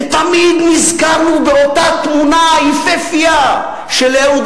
ותמיד נזכרנו באותה תמונה יפהפייה של אהוד